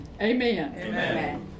Amen